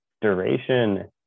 Duration